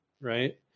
right